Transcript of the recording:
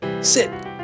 sit